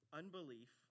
unbelief